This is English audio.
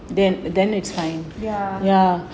ya